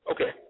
Okay